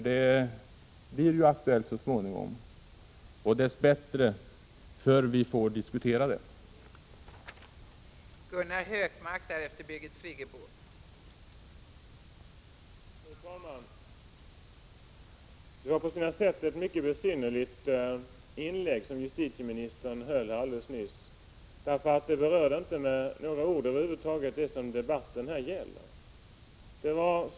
Det blir ju aktuellt så småningom, och ju förr vi får diskutera det desto bättre.